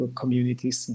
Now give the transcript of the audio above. communities